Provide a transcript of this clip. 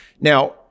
Now